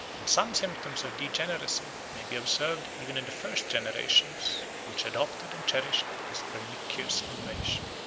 and some symptoms of degeneracy may be observed even in the first generations which adopted and cherished this pernicious innovation.